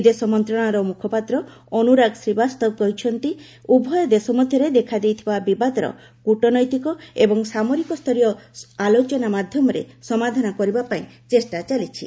ବିଦେଶ ମନ୍ତ୍ରଣାଳୟ ମୁଖପାତ୍ର ଅନୁରାଗ ଶ୍ରୀବାସ୍ତବ କହିଛନ୍ତି ଉଭୟ ଦେଶ ମଧ୍ୟରେ ଦେଖାଦେଇଥିବା ବିବାଦର କୁଟନୈତିକ ଏବଂ ସାମରିକ ସ୍ତରୀୟ ଆଲୋଚନା ମାଧ୍ୟମରେ ସମାଧାନ କରିବା ପାଇଁ ଚେଷ୍ଟା ଚାଲିଛି